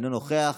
אינו נוכח,